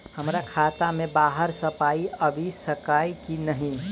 हमरा खाता मे बाहर सऽ पाई आबि सकइय की नहि?